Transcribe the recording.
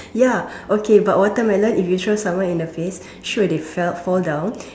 ya okay but watermelon if you throw someone in the face sure they fell fall down